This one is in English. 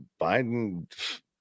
biden